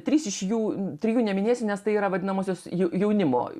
trys iš jų trijų neminėsiu nes tai yra vadinamosios ju jaunimo